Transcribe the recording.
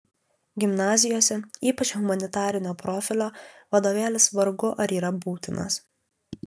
gimnazijose ypač humanitarinio profilio vadovėlis vargu ar yra būtinas